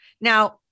Now